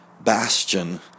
bastion